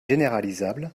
généralisables